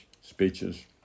speeches